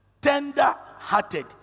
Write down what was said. Tender-hearted